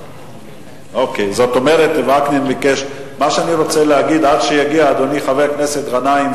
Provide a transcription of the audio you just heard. מה שאני רוצה להגיד עד שיגיע אדוני חבר הכנסת גנאים,